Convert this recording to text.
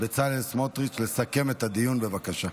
בצלאל סמוטריץ' לסכם את הדיון, בבקשה.